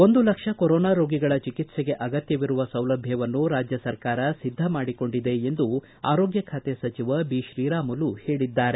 ಒಂದು ಲಕ್ಷ ಕೊರೋನಾ ರೋಗಿಗಳ ಚಿಕಿಸ್ಗೆ ಆಗತ್ವವಿರುವ ಸೌಲಭ್ಯವನ್ನು ರಾಜ್ವ ಸರ್ಕಾರ ಸಿದ್ದ ಮಾಡಿಕೊಂಡಿದೆ ಎಂದು ಆರೋಗ್ತ ಖಾತೆ ಸಚಿವ ಬಿಶ್ರೀರಾಮುಲು ಹೇಳಿದ್ದಾರೆ